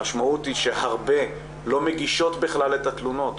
המשמעות היא שהרבה לא מגישות בכלל את התלונות,